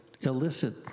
illicit